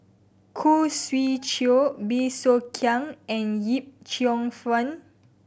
Khoo Swee Chiow Bey Soo Khiang and Yip Cheong Fun